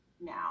now